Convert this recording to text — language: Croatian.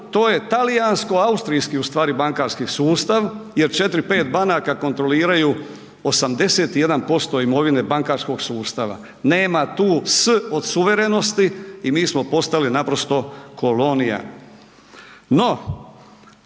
to je talijansko-austrijski u stvari bankarski sustav jer 4-5 banaka kontroliraju 81% imovine bankarskog sustava, nema tu S od suverenosti i mi smo postali naprosto kolonija.